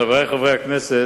חברי חברי הכנסת,